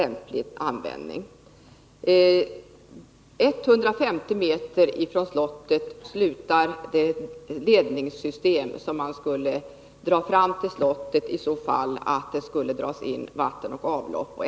För det tredje: 150 meter från slottet slutar det ledningssystem från vilket vatten och avlopp skulle kunna dras in i slottet.